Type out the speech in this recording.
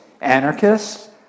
anarchists